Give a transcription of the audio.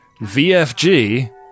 VFG